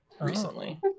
recently